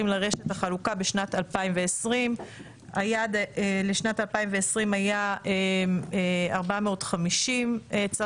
לרשת החלוקה בשנת 2020. היעד לשנת 2020 היה 450 צרכנים,